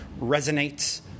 resonates